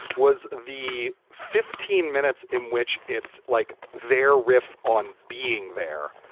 was the fifteen minutes in which it's like they're riff on being there,